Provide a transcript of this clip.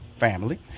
family